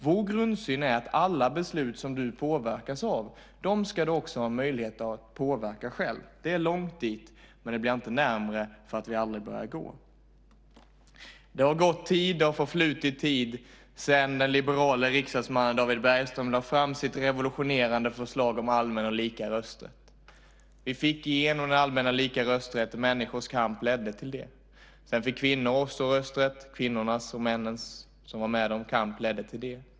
Vår grundsyn är att alla beslut som du påverkas av ska du också ha möjlighet att påverka själv. Det är långt dit, men det blir inte närmare för att vi aldrig börjar gå. Det har förflutit tid sedan den liberale riksdagsmannen David Bergström lade fram sitt revolutionerande förslag om allmän och lika rösträtt. Vi fick igenom den allmänna och lika rösträtten. Människors kamp ledde till det. Sedan fick kvinnor också rösträtt. Kvinnornas och männens kamp, de män som var med dem, ledde till det.